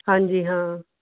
ਹਾਂਜੀ ਹਾਂ